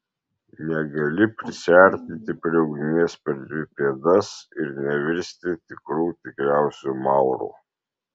negali prisiartinti prie ugnies per dvi pėdas ir nevirsti tikrų tikriausiu mauru